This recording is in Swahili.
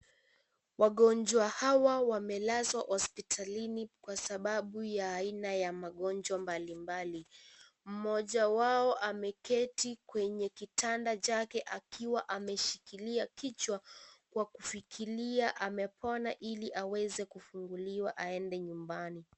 Wagonjwa hawa wamelazwa hospitalini kwa sababu ya aina ya magonjwa mbalimbali, mmoja wao ameketi kwenye kitanda chake akiwa ameshikilia kichwa kwa kufikiria amepona iliaweze kufunguliwa aende nyumbani.